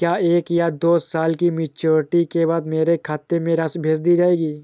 क्या एक या दो साल की मैच्योरिटी के बाद मेरे खाते में राशि भेज दी जाएगी?